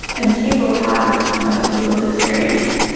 integral part of most people's experience,